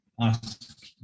ask